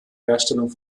herstellung